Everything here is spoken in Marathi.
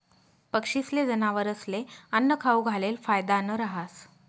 पक्षीस्ले, जनावरस्ले आन्नं खाऊ घालेल फायदानं रहास